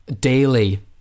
daily